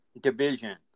division